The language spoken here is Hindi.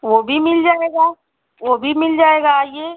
वो भी मिल जाएगा वो भी मिल जाएगा आइए